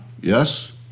Yes